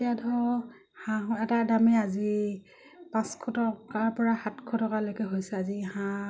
এতিয়া ধৰক হাঁহ এটা দামী আজি পাঁচশ টকাৰ পৰা সাতশ টকালৈকে হৈছে আজি হাঁহ